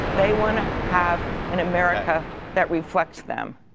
they want to have an america that reflects them.